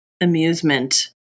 amusement